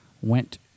went